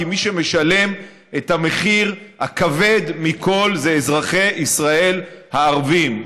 כי מי שמשלם את המחיר הכבד מכול זה אזרחי ישראל הערבים,